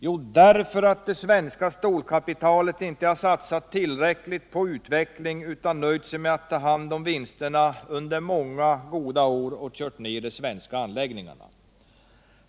Jo, därför att det svenska stålkapitalet inte har satsat tillräckligt på uteckling utan nöjt sig med att ta hand om vinsterna under många goda år och på så sätt kört ner de svenska anläggningarna.